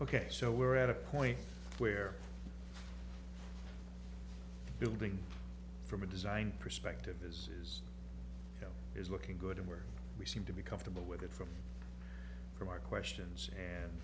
ok so we're at a point where building from a design perspective is you know is looking good and where we seem to be comfortable with it from from our questions and